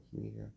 media